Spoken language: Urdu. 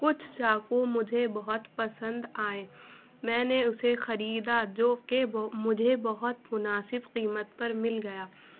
کچھ چاقو مجھے بہت پسند آئے میں نے اسے خریدا جوکہ مجھے بہت مناسب قیمت پر مل گیا